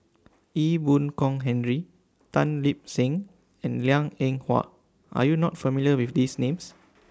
Ee Boon Kong Henry Tan Lip Seng and Liang Eng Hwa Are YOU not familiar with These Names